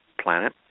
planet